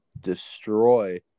destroy –